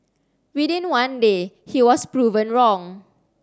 within one day he was proven wrong